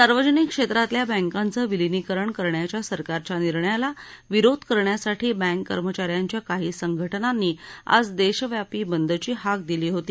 सार्वजनिक क्षेत्रातल्या बँकांचं विलिनीकरण करण्याच्या सरकारच्या निर्णयाला विरोध करण्यासाठी बँक कर्मचारयांच्या काही संघटनांनी आज देशव्यापी बंदची हाक दिली होती